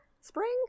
spring